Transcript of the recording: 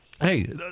hey